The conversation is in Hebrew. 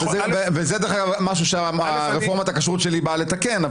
וזה דרך אגב משהו שרפורמת הכשרות שלי באה לתקן.